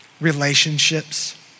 relationships